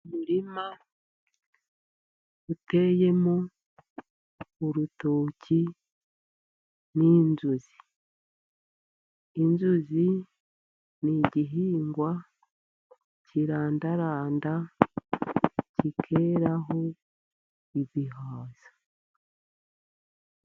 Umurima uteyemo urutoki n'inzuzi. Inzuzi ni igihingwa kirandaranda, kikeraho ibihaza.